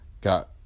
got